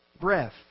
breath